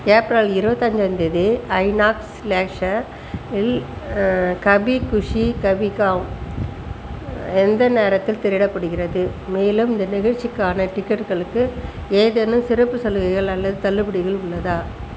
April இருபத்தஞ்சாம் தேதி INOX Leisure இல் கபி குஷி கபி காம் எந்த நேரத்தில் திரையிடப்படுகிறது மேலும் இந்த நிகழ்ச்சிக்கான டிக்கெட்டுகளுக்கு ஏதேனும் சிறப்பு சலுகைகள் அல்லது தள்ளுபடிகள் உள்ளதா